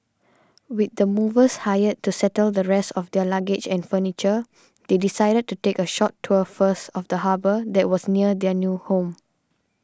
with the movers hired to settle the rest of their luggage and furniture they decided to take a short tour first of the harbour that was near their new home